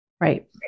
right